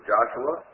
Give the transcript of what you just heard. Joshua